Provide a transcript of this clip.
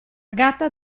gatta